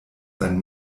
sein